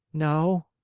no.